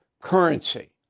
currency